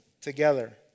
together